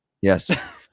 Yes